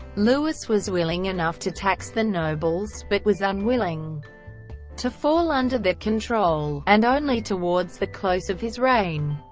louis was willing enough to tax the nobles, but was unwilling to fall under their control, and only towards the close of his reign,